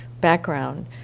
background